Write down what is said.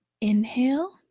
Inhale